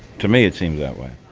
to me, it seems that way